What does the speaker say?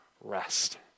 rest